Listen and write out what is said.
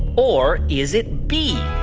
or is it b,